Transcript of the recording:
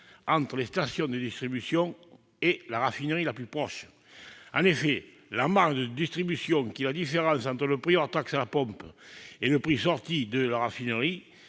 entre une station de distribution de carburant et la raffinerie la plus proche. En effet, la marge de distribution, qui est la différence entre le prix hors taxe à la pompe et le prix sorti de raffinerie,